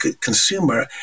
consumer